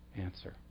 answer